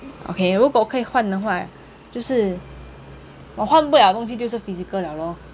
okay 如果可以换的话就是我换不了的东西就是 physical liao lor